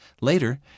Later